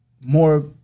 More